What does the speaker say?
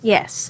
Yes